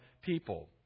people